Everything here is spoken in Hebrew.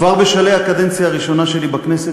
כבר בשלהי הקדנציה הראשונה שלי בכנסת